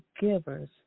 givers